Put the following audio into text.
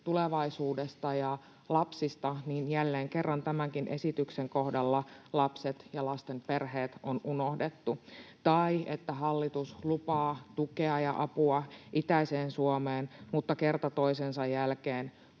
tulevaisuudesta ja lapsista — jälleen kerran tämänkin esityksen kohdalla lapset ja lasten perheet on unohdettu — tai hallitus lupaa tukea ja apua itäiseen Suomeen, mutta kerta toisensa jälkeen